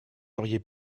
auriez